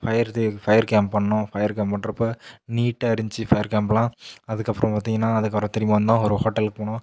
fire இது fire camp பண்ணோம் fire camp பண்ணுறப்ப நீட்டாக இருந்துச்சி ஃபயர் கேம்ப்லாம் அதுக்கப்புறம் பார்த்திங்கன்னா அதுக்கப்புறம் திரும்பி வந்தோம் ஒரு ஹோட்டலுக்கு போனோம்